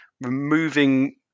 Removing